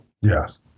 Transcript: Yes